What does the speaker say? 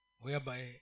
Whereby